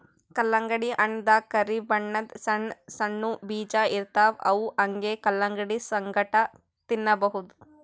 ಕಲ್ಲಂಗಡಿ ಹಣ್ಣ್ ದಾಗಾ ಕರಿ ಬಣ್ಣದ್ ಸಣ್ಣ್ ಸಣ್ಣು ಬೀಜ ಇರ್ತವ್ ಅವ್ ಹಂಗೆ ಕಲಂಗಡಿ ಸಂಗಟ ತಿನ್ನಬಹುದ್